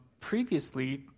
previously